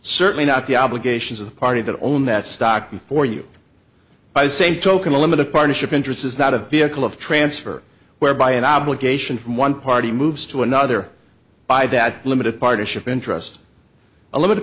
certainly not the obligations of the party that owned that stock before you buy the same token a limited partnership interest is not a vehicle of transfer whereby an obligation from one party moves to another by that limited partnership interest a limited